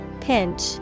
pinch